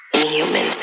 inhuman